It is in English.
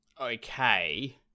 okay